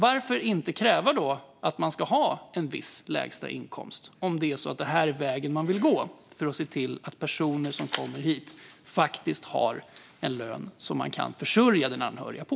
Varför inte kräva en viss lägsta inkomst, om detta är vägen man vill gå för att se till att personer som kommer hit faktiskt har en lön som den anhöriga kan försörjas på?